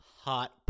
hot